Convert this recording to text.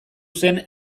zen